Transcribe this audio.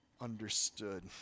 understood